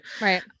Right